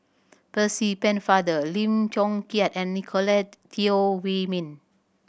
Percy Pennefather Lim Chong Keat and Nicolette Teo Wei Min